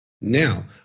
Now